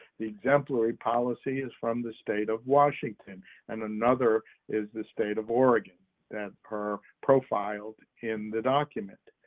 the exemplary policy is from the state of washington and another is the state of oregon that are profiled in the document.